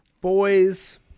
boys